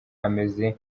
ameze